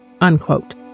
unquote